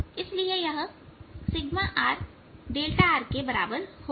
इसलिए यह rΔrके बराबर होगा